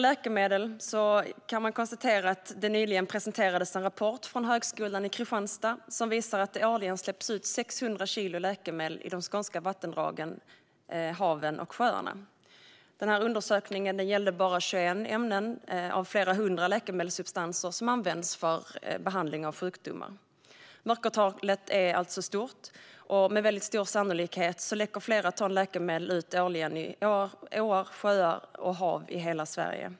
Nyligen presenterades en rapport från Högskolan i Kristianstad som visar att det årligen släpps ut 600 kilo läkemedel i de skånska vattendragen, haven och sjöarna. Undersökningen gällde bara tjugoen av flera hundra läkemedelssubstanser som används för behandling av sjukdomar. Mörkertalet är alltså stort, och med stor sannolikhet läcker flera ton läkemedel ut årligen i åar, sjöar och hav i hela Sverige.